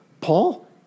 Paul